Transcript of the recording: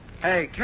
Hey